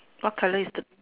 what colour is the